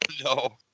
No